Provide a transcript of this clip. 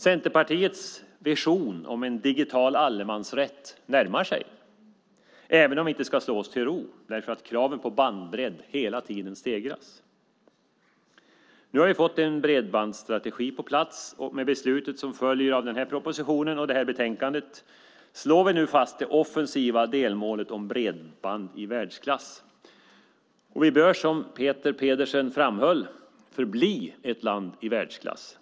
Centerpartiets vision om en digital allemansrätt närmar sig, även om vi inte ska slå oss till ro. Kraven på bandbredd stegras hela tiden. Nu har vi fått en bredbandstrategi på plats, och med beslutet som följer av denna proposition och detta betänkande slår vi nu fast det offensiva delmålet om bredband i världsklass. Vi bör, som Peter Pedersen framhöll, förbli ett land i världsklass.